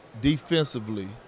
defensively